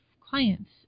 clients